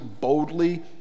boldly